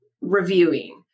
reviewing